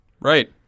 Right